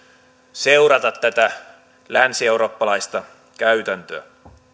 seurata tätä länsieurooppalaista käytäntöä